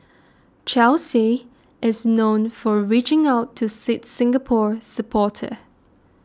Chelsea is known for reaching out to sits Singapore supporters